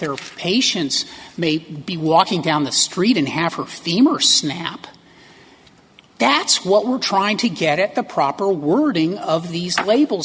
their patients may be walking down the street in half or femur snap that's what we're trying to get at the proper wording of these labels